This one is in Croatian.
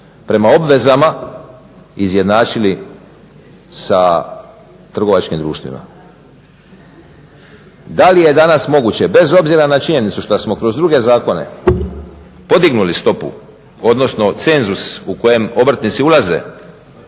prema obavezama izjednačili sa trgovačkim društvima. Da li je danas moguće bez obzira na činjenicu šta smo kroz druge zakone podignuli stopu, odnosno cenzus u kojem obrtnici ulaze